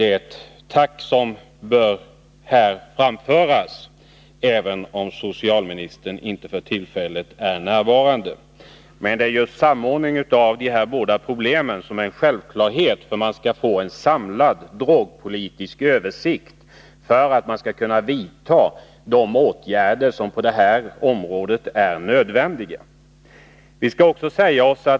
Ett tack bör här framföras till socialministern, även om hon för tillfället inte är närvarande i kammaren. Det är just samordningen av dessa båda problem som är en självklarhet för att vi skall kunna få en samlad drogpolitisk översikt och kunna vidta de åtgärder som är nödvändiga.